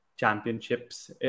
Championships